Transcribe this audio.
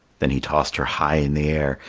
then he tossed her high in the air,